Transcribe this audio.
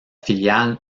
filiale